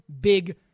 big